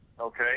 okay